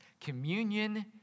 Communion